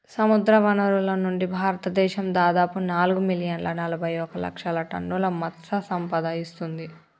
సముద్రవనరుల నుండి, భారతదేశం దాదాపు నాలుగు మిలియన్ల నలబైఒక లక్షల టన్నుల మత్ససంపద ఇస్తుంది